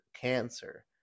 cancer